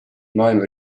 maailma